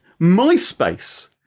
MySpace